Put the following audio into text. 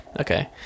okay